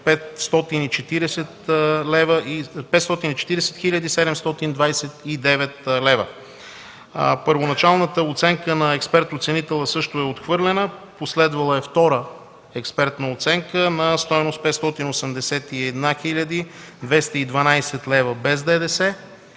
хил. 729 лв. Първоначалната оценка на експерт оценителя също е отхвърлена, последвала е втора експертна оценка на стойност 581 хил. 212 лв. без ДДС.